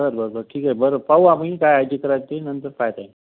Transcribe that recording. बरं बरं बरं ठीक आहे बरं पाहू आम्ही काय आहे ते करायची ते नंतर काय ते